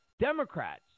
Democrats